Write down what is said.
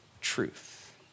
truth